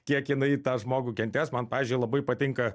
kiek jinai tą žmogų kentės man pavyzdžiui labai patinka